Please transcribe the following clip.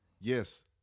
yes